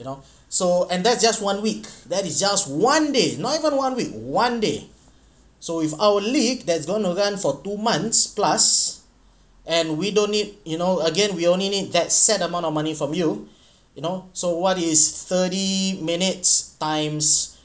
you know so and that just one week that it's just one day not even one week one day so with our league that's gonna run for two months plus and we don't need you know again we only need that set amount of money from you you know so what is thirty minutes times